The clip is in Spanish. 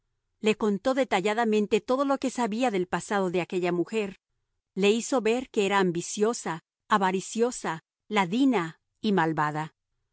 le contó detalladamente todo lo que sabía del pasado de aquella mujer le hizo ver que era ambiciosa avariciosa ladina y malvada